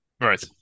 Right